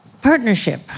partnership